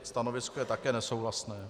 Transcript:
Stanovisko je také nesouhlasné.